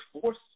force